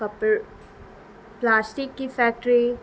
کپڑ plastic کی factory